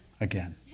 again